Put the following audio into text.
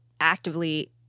actively